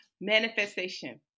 manifestation